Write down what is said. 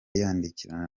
yandikirana